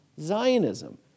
Zionism